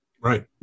Right